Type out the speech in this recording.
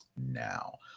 Now